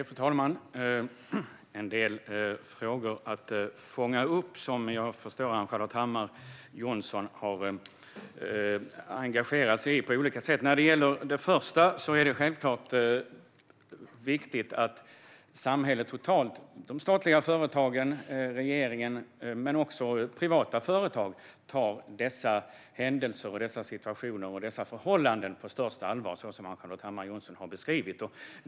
Fru talman! Det finns en del frågor att fånga upp och som jag förstår att Ann-Charlotte Hammar Johnsson har engagerat sig i på olika sätt. När det gäller den första är det självklart viktigt att samhället totalt - de statliga företagen och regeringen men också privata företag - tar dessa händelser, situationer och förhållanden på största allvar, så som Ann-Charlotte Hammar Johnsson har beskrivit.